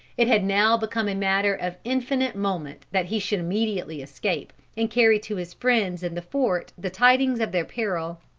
it had now become a matter of infinite moment that he should immediately escape and carry to his friends in the fort the tidings of their peril.